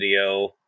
video